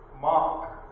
mark